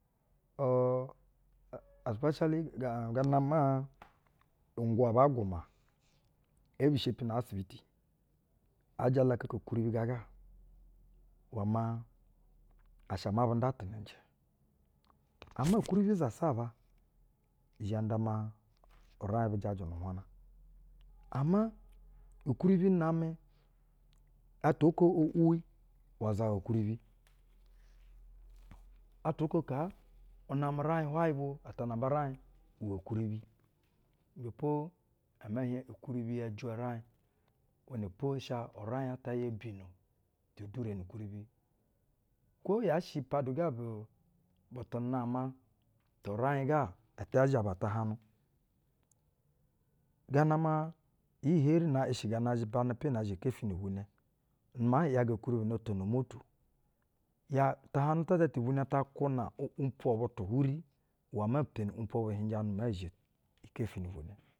especially ga, gana maa unwwu aba gwuna, ee bi shepi na asibiti, aa jalakaka ukwuribi gaa ga, iwɛ maa a shɛ a ma bun da tɛnɛƞjɛ. Amama ukwuribi zasaba, izha nda maa uraiƞ bu jaju nu-uhwaƞna. Ama ukwuribi zasaba, izha nda maa uraiƞbu jaju nu-uhwaƞbu jaju nu-uhwaƞna. Ama ukwuribi namɛ, atwa oko kaa unamɛ uraiƞhwayɛ bwo ata namba uraiƞ iwɛ ukwuribi ibɛ po ɛ mɛ hieƞ ukwuribi yɛ jwɛ uraiƞ iwɛnɛ po asha uraiƞ ata yo bino tedure nu ukwuribi. Kwo yaa shɛ padu ga bu, bu tu nama tu uraiƞ ga ata zha ba tahaƞnu, gano iyi heri na i shiga na, zhna zha kefi ni-ivwunɛ, nu maa ‘yaga ukwuribi no tono umotu. Ya, tahaƞnu ta ata ti-ivwunɛ ta kwuna o’umpwo butu uhwuri, iwɛ peni o’umpwo bu uhiƞjanu maa zhe ikefi ni-ivwinɛ.